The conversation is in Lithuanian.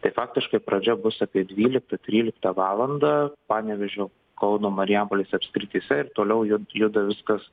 tai faktiškai pradžia bus apie dvyliktą tryliktą valandą panevėžio kauno marijampolės apskrityse ir toliau jud juda viskas